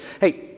hey